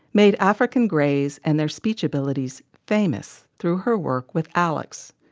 made african greys and their speech abilities famous through her work with alex,